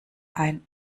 ein